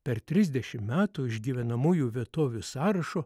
per trisdešim metų iš gyvenamųjų vietovių sąrašo